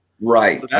Right